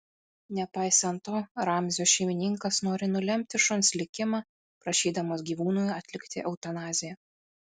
nepaisant to ramzio šeimininkas nori nulemti šuns likimą prašydamas gyvūnui atlikti eutanaziją